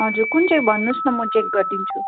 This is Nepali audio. हजुर कुन चाहिँ भन्नुहोस् न म चेक गरिदिन्छु